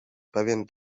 pewien